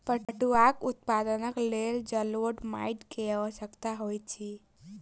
पटुआक उत्पादनक लेल जलोढ़ माइट के आवश्यकता होइत अछि